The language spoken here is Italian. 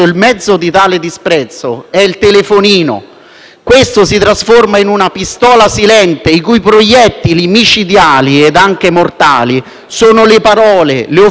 che si trasforma in una pistola silente, i cui proiettili micidiali ed anche mortali sono le parole, le offese, le minacce.